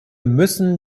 müssen